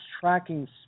tracking